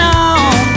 on